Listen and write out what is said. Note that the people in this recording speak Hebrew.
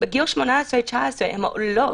בגיל 19-18 הן עולות